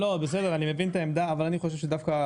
אני מבין את העמדה אבל אני חושב שאנחנו